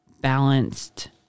balanced